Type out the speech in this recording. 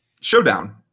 showdown